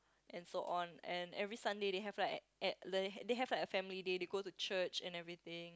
and so on and every Sunday they have like at least they they have like a family day they go to church and everything